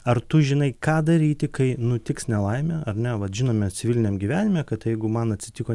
ar tu žinai ką daryti kai nutiks nelaimė ar ne vat žinome civiliniam gyvenime kad jeigu man atsitiko